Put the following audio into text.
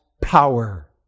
power